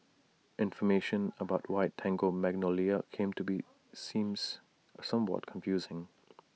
information about why Tango Magnolia came to be seems somewhat confusing